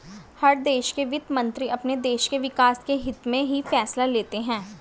हर देश के वित्त मंत्री अपने देश के विकास के हित्त में ही फैसले लेते हैं